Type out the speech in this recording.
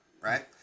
right